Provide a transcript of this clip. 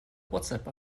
whatsapp